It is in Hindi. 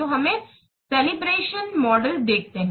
तो हम कैलिब्रेशन calibration मॉडल देखते हैं